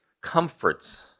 comforts